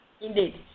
Indeed